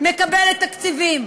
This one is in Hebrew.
מקבלת תקציבים.